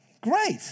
Great